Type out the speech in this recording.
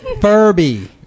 Furby